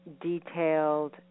detailed